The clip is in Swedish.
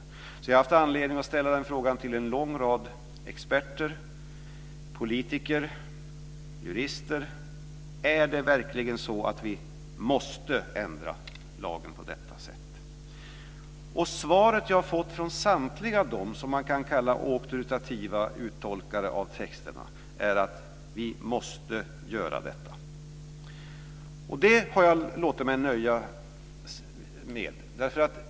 Jag har alltså haft anledning att ställa frågan till en lång rad experter, politiker och jurister: Är det verkligen så att vi måste ändra lagen på detta sätt? Svaret jag fått från samtliga dessa vad man kan kalla auktoritativa uttolkare av texterna är att vi måste göra detta. Med det har jag låtit mig nöja.